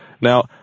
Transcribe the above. Now